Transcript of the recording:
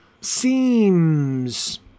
seems